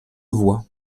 voix